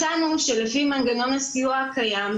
מצאנו שלפי מנגנון הסיוע הקיים,